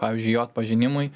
pavyzdžiui jo atpažinimui